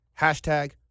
Hashtag